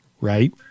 right